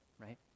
right